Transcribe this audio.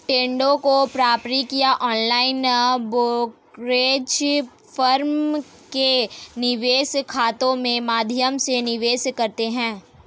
ट्रेडों को पारंपरिक या ऑनलाइन ब्रोकरेज फर्मों के निवेश खातों के माध्यम से निवेश करते है